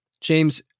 James